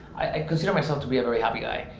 i consider myself to be a very happy guy.